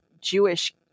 Jewish